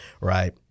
right